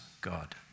God